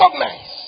recognize